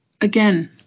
again